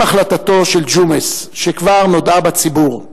עם החלטתו של ג'ומס, שכבר נודעה בציבור,